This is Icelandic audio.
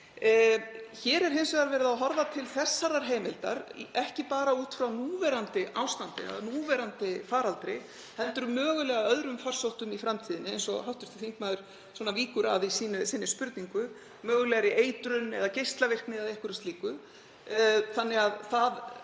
Hér er hins vegar verið að horfa til þessarar heimildar, ekki bara út frá núverandi ástandi, núverandi faraldri, heldur mögulega öðrum farsóttum í framtíðinni, eins og hv. þingmaður víkur að í spurningu sinni, mögulegri eitrun eða geislavirkni eða einhverju slíku. Þannig að það